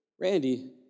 Randy